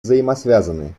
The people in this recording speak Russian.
взаимосвязаны